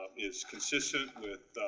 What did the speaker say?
is consistent with